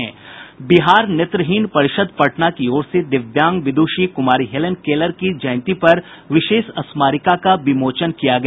बिहार नेत्रहीन परिषद पटना की ओर से दिव्यांग विद्षी कुमारी हेलेन केलर की जयंती पर विशेष स्मारिका का विमोचन किया गया